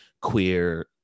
queer